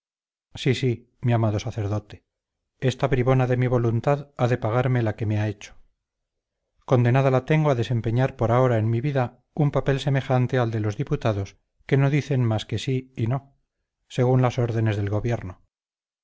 sí sí mi amado sacerdote esta bribona de mi voluntad ha de pagarme la que me ha hecho condenada la tengo a desempeñar por ahora en mi vida un papel semejante al de los diputados que no dicen más que sí y no según las órdenes del gobierno